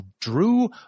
Drew